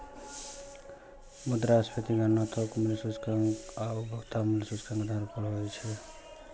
मुद्रास्फीतिक गणना थोक मूल्य सूचकांक आ उपभोक्ता मूल्य सूचकांक के आधार पर होइ छै